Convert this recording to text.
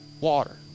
water